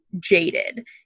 jaded